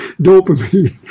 dopamine